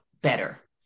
better